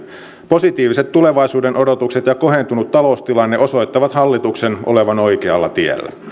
positiiviset tulevaisuuden odotukset ja kohentunut taloustilanne osoittavat hallituksen olevan oikealla tiellä